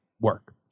work